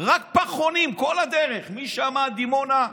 רק פחונים, כל הדרך משם עד דימונה,